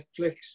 Netflix